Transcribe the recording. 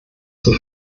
zur